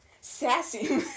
sassy